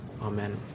Amen